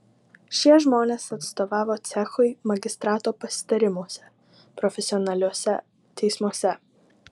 šie žmonės atstovavo cechui magistrato pasitarimuose profesionaliuose teismuose